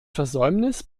versäumnis